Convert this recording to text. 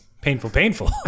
painful-painful